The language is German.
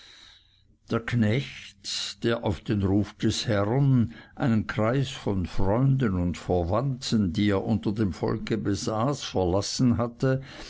der knecht der auf den ruf des herrn einen kreis von freunden und verwandten die er unter dem volke besaß verlassen hatte